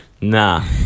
nah